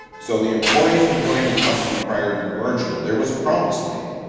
so the employees who joined the company prior to the merger, there was a promise made,